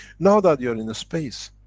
now that you are in space,